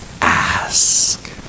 ask